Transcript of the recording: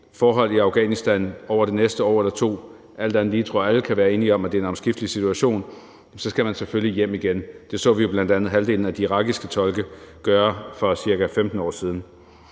forhold i Afghanistan over det næste år eller to – alt andet lige tror jeg, alle kan være enige om, at det er en omskiftelig situation – jamen så skal man selvfølgelig hjem igen. Det så vi jo bl.a. halvdelen af de irakiske tolke gøre for ca. 15 år siden.